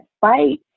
fight